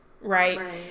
Right